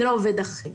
אחרת